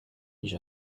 each